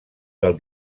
del